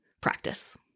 practice